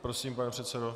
Prosím, pane předsedo.